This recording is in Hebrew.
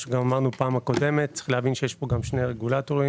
מה שאמרנו גם בפעם הקודמת יש פה שני רגולטורים